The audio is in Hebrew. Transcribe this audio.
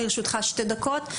לרשותך שתי דקות.